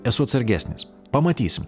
esu atsargesnis pamatysim